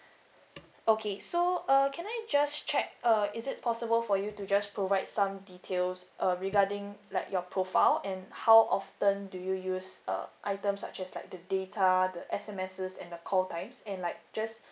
okay so uh can I just check uh is it possible for you to just provide some details uh regarding like your profile and how often do you use uh items such as like the data the S_M_Ss and the call times and like just